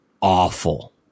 awful